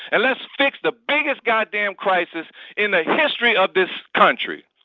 and let's fix the biggest goddamn crisis in the history of this country